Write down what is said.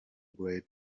great